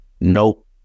Nope